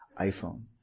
iPhone